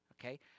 okay